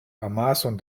amason